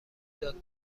داد